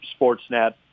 Sportsnet